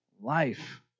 life